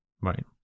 Right